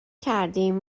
کردیم